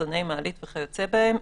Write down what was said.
לחצני מעלית וכיוצא בהם,